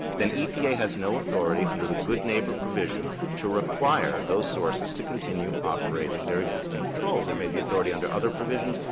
then epa has no authority under the good neighbor provision to require those sources to continue operating their existing controls. there may be authority under other provisions,